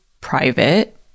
private